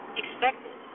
expected